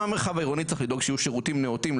גם המרחב העירוני צריך לדאוג שיהיו שירותים נאותים,